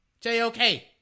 J-O-K